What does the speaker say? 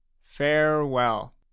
Farewell